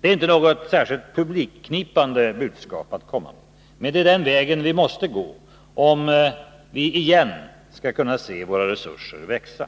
Det är inte något särskilt publikknipande budskap att komma med, men det är den vägen vi måste gå, om vi igen skall kunna se våra resurser växa.